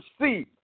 see